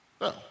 No